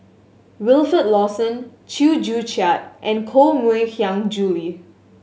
Wilfed Lawson Chew Joo Chiat and Koh Mui Hiang Julie